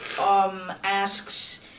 asks